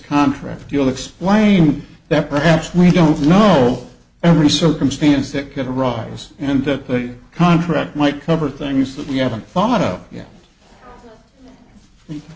contract you'll explain that perhaps we don't know every circumstance that could arise and that the contract might cover things that you haven't thought oh yeah